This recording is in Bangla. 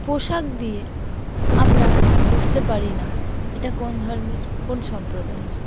পোশাক দিয়ে আমরা বুঝতে পারি না এটা কোন ধর্মের কোন সম্প্রদায়ের